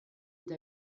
eta